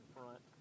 front